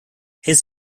his